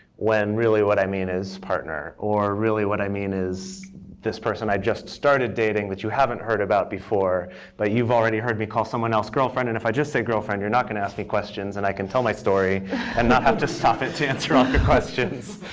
when really what i mean is partner. or really what i mean is this person i just started dating that you haven't heard about before, but you've already heard me call someone else girlfriend. and if i just say girlfriend, you're not going to ask me questions, and i can tell my story and not have to stop it to answer all your ah questions.